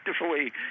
effectively